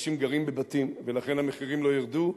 אנשים גרים בבתים, ולכן המחירים לא ירדו.